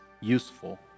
useful